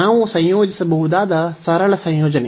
ನಾವು ಸಂಯೋಜಿಸಬಹುದಾದ ಸರಳ ಸಂಯೋಜನೆ